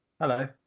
Hello